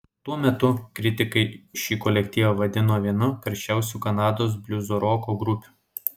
tuo metu kritikai šį kolektyvą vadino viena karščiausių kanados bliuzroko grupių